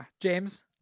James